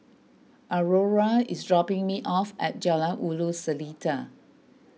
Aurora is dropping me off at Jalan Ulu Seletar